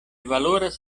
valoras